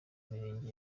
mirenge